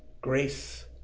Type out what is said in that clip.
grace